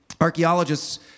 Archaeologists